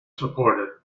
supported